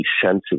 sensitive